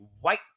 white